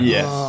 Yes